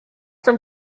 dem